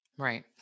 Right